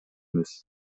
эмес